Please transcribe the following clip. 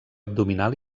abdominal